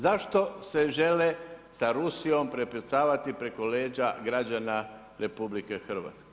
Zašto se žele sa Rusijom prepucavati preko leđa građana RH?